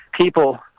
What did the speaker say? people